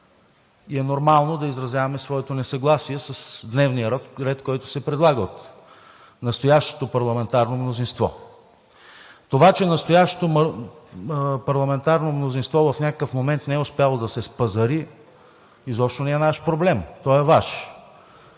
и е нормално да изразяваме своето несъгласие с дневния ред, който се предлага от настоящото парламентарно мнозинство. Това, че настоящото парламентарно мнозинство в някакъв момент не е успяло да се спазари, изобщо не е наш проблем, а той е Ваш.